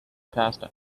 pasta